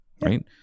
Right